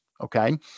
okay